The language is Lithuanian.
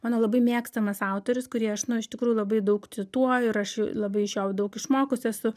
mano labai mėgstamas autorius kurį aš nu iš tikrųjų labai daug cituoju ir aš labai iš jo daug išmokus esu